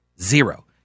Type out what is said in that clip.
Zero